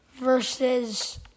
Versus